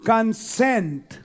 Consent